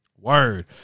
Word